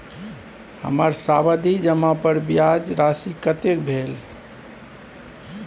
हमर सावधि जमा पर ब्याज राशि कतेक भेल?